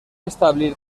establir